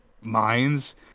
minds